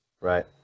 Right